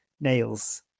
nails